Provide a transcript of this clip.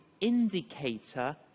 indicator